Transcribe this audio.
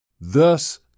Thus